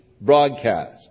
broadcast